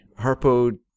Harpo